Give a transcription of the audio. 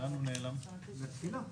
לקבוע כשלא צריך.